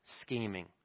scheming